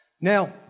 Now